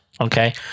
okay